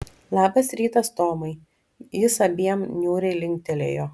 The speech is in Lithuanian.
labas rytas tomai jis abiem niūriai linktelėjo